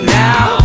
now